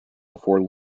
before